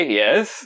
yes